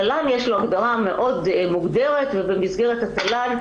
לתל"ן יש הגדרה מאוד מוגדרת ובמסגרת התל"ן,